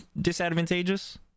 disadvantageous